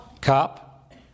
cop